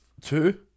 Two